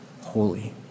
holy